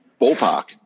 ballpark